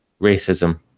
racism